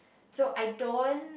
so I don't